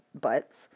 butts